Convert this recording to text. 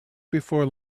before